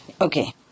Okay